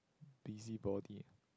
busybody